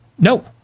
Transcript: No